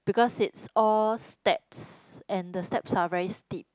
because it's all steps and the steps are very steep